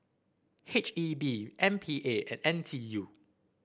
H E B M P A and N T U